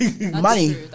money